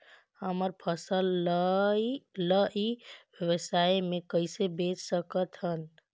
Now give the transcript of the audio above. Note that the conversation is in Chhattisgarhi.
हमर फसल ल ई व्यवसाय मे कइसे बेच सकत हन?